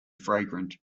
fragrant